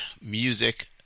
music